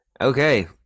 okay